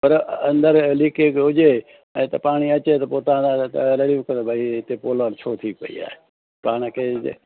पर अंदरु लीकेज हुजे ऐं त पाणी अचे थो पोइ तव्हां रड़ियूं कयो त भई हिते पोलण छो थी पई आहे तव्हां इन खे जे